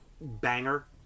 banger